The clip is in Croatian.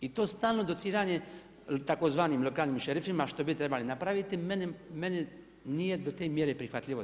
I to stalno dociranje tzv. lokalnim šerifima što bi trebali napraviti meni nije to te mjere prihvatljivo.